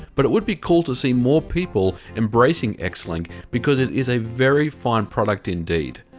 but it would be cool to see more people embracing xlink, because it is a very fine product, indeed.